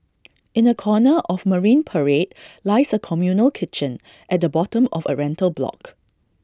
in A corner of marine parade lies A communal kitchen at the bottom of A rental block